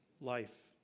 life